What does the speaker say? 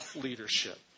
leadership